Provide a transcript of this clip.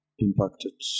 impacted